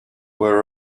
were